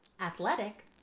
athletic